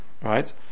right